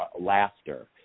laughter